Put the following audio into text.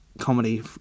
comedy